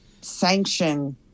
sanction